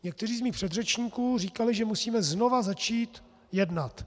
Někteří z mých předřečníků říkali, že musíme znova začít jednat.